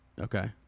Okay